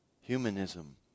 Humanism